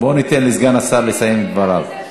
בוא ניתן לסגן השר לסיים את דבריו.